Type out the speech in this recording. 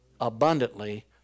abundantly